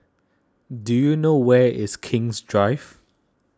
do you know where is King's Drive